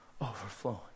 overflowing